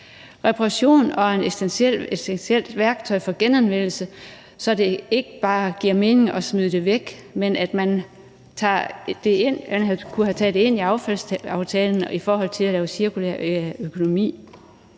Reparation er et essentielt værktøj for genanvendelse, så det ikke giver mening bare at smide tingene væk, og man kunne have taget det med ind i affaldsaftalen – også i forhold til at få en cirkulær økonomi.